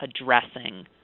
addressing